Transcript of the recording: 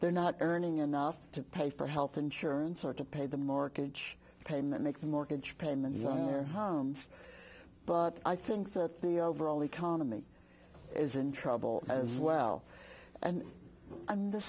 they're not earning enough to pay for health insurance or to pay the mortgage payment make the mortgage payments on their homes but i think that the overall economy is in trouble as well and i'm